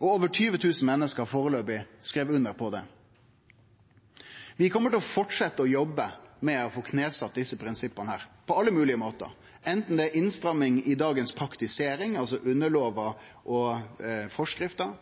Over 20 000 menneske har så langt skrive under. Vi kjem til å fortsetje med å jobbe med å få knesett desse prinsippa på alle moglege måtar, om det er innstramming i dagens praktisering, altså underlover og forskrifter,